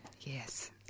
Yes